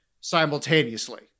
simultaneously